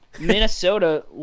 minnesota